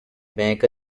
make